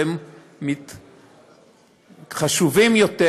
וזה חשוב יותר,